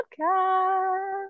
podcast